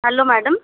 hello madam